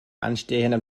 anstehenden